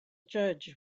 judge